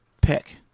pick